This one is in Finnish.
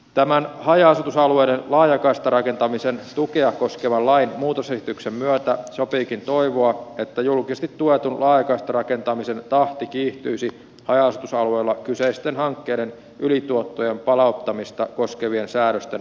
tämän haja asutusalueiden laajakaistarakentamisen tukea koskevan lainmuutosesityksen myötä sopiikin toivoa että julkisesti tuetun laajakaistarakentamisen tahti kiihtyisi haja asutusalueilla kyseisten hankkeiden ylituottojen palauttamista koskevien säädösten muuttuessa